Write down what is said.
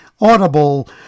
Audible